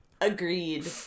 Agreed